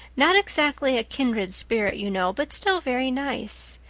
not exactly a kindred spirit, you know, but still very nice.